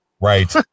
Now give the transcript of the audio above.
Right